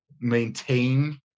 maintain